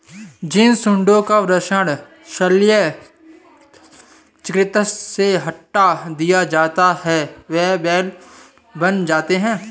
जिन साँडों का वृषण शल्य चिकित्सा से हटा दिया जाता है वे बैल बन जाते हैं